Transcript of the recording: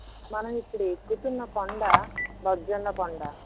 మనం ఇప్పుడు ఎక్కుతున్న కొండ బొజ్జన్న కొండ